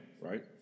right